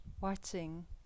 watching